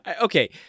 Okay